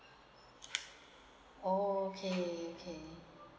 orh okay okay